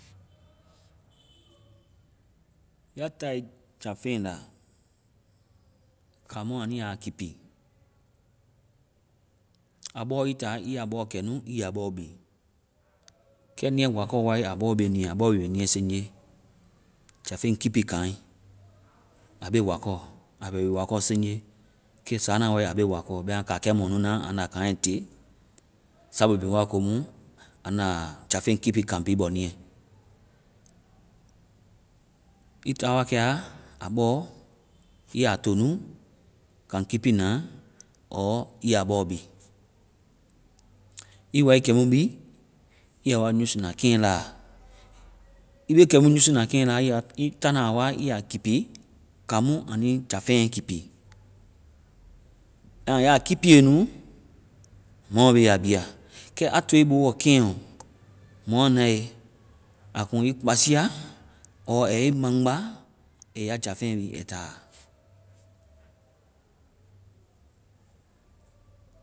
Ya tae jafeŋ kamu anu ya kipi, a bɔ ii ta ii ya bɔ kɛ nu, ii ya bɔ bi. Kɛ niiɛ wakɔ wae, aa bɔ be niiɛ. Aa bɔ bɛ wi niiɛ seŋje. Jafeŋ kipi kanŋ, a bɔ be wakɔ. Aa bɛ wi wakɔ seŋje. Kɛ sana wae aa be wakɔ. Bɛma kankɛ mɔmu na anda kanŋ te. Sabu bhii wa ko mu anda jafeŋ kipi kanŋ bi bɔ niiɛ. ii ta wakɛ, a bɔ ii ya to nu, kanŋ kipi na, ɔɔ ii ya bɔ bi. Ii wa ii kɛmu bi, ii ya wa usuna keŋla. Ii be kɛmu usuna keŋla ii ta naa wa ii ya kipi kaŋmu anui jafɛŋ kipi. Bɛma ya kipie nu, mɔomɔ be a biia. Kɛ a toe ii boɔ keŋɔ, a kunŋ ii kpasia ɔɔ aa yɛ ii maŋgba, ai ya jafeŋ bi ai taa.